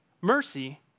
Mercy